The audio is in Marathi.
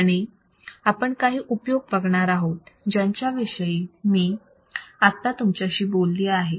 आणि आपण काही उपयोग बघणार आहोत ज्यांच्याविषयी मी आत्ता तुमच्याशी बोलली आहे